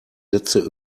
letzte